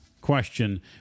question